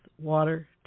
water